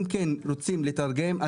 אם רוצים לתרגם,